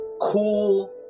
Cool